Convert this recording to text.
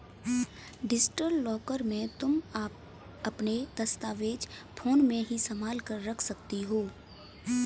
digital locker में तुम अपने दस्तावेज फोन में ही संभाल कर रख सकती हो